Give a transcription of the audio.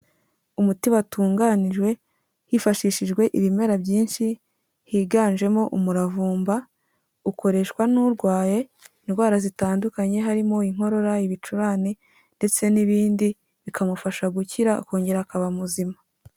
Umuti watunganijwe hifashishijwe ibimera byinshi higanjemo umuravumba, ukoreshwa n'urwaye indwara zitandukanye harimo inkorora, ibicurane ndetse n'ibindi, bikamufasha gukira ukongera akaba muzima.